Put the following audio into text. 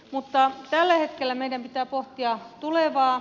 mutta tällä hetkellä meidän pitää pohtia tulevaa